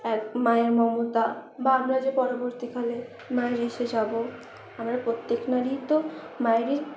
এক মায়ের মমতা বা আমরা যে পরবর্তীকালে মায়ের ইসে যাবো আমরা প্রত্যেক নারীই তো মায়েরই